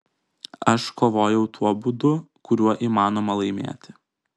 aš kovojau tuo būdu kuriuo įmanoma laimėti